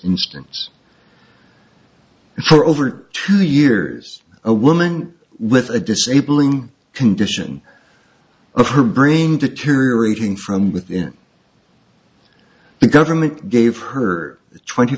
instance and for over two years a woman with a disabling condition of her brain deteriorating from within the government gave her the twenty